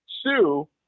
Sue